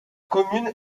commune